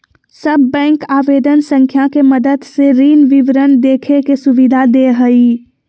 सब बैंक आवेदन संख्या के मदद से ऋण विवरण देखे के सुविधा दे हइ